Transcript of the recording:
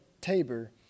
Tabor